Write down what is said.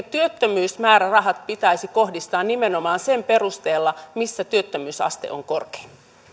työttömyysmäärärahat pitäisi kohdistaa nimenomaan sen perusteella missä työttömyysaste on korkein